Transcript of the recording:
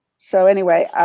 so anyway,